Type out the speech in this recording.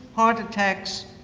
heart attack, so